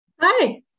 Hi